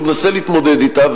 שהוא מנסה להתמודד אתה.